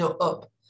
Up